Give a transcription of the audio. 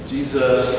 Jesus